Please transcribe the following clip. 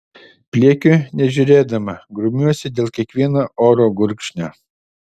pliekiu nežiūrėdama grumiuosi dėl kiekvieno oro gurkšnio